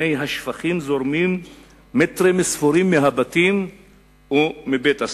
מי השפכים זורמים מטרים ספורים מהבתים ומבית-הספר,